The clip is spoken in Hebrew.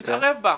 הוא התערב בה.